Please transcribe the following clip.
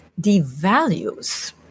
devalues